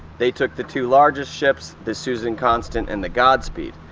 they took the two largest ships, the susan constant and the godspeed.